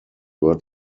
were